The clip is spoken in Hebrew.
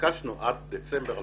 נתבקשנו עד דצמבר 2018,